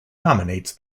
dominates